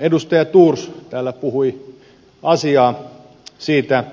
edustaja thors täällä puhui asiaa siitä